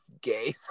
gay